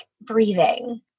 breathing